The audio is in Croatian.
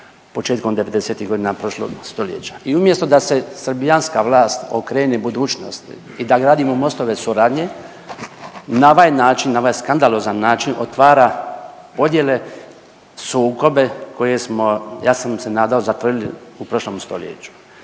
početkom '90.-tih godina prošloga stoljeća. I umjesto da se srbijanska vlast okrene budućnosti i da gradimo mostove suradnje, na ovaj način, na ovaj skandalozan način otvara podjele, sukobe koje smo ja sam se nadao zatvorili u prošlom stoljeću.